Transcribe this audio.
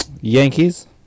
Yankees